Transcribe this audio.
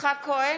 יצחק כהן,